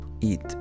eat